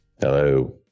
Hello